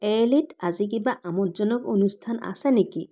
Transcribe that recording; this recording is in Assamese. এল ইত আজি কিবা আমোদজনক অনুষ্ঠান আছে নিকি